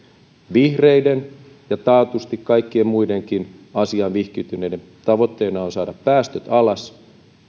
vihreiden ja taatusti kaikkien muidenkin asiaan vihkiytyneiden tavoitteena on saada päästöt alas